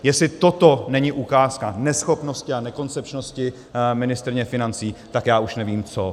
Jestli toto není ukázka neschopnosti a nekoncepčnosti ministryně financí, tak já už nevím co.